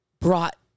brought